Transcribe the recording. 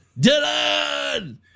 Dylan